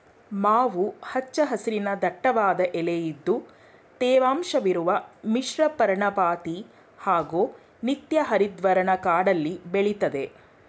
ಮಾವು ಹಚ್ಚ ಹಸಿರಿನ ದಟ್ಟವಾದ ಎಲೆಇದ್ದು ತೇವಾಂಶವಿರುವ ಮಿಶ್ರಪರ್ಣಪಾತಿ ಹಾಗೂ ನಿತ್ಯಹರಿದ್ವರ್ಣ ಕಾಡಲ್ಲಿ ಬೆಳೆತದೆ